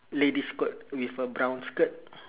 ladies' coat with a brown skirt